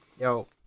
yo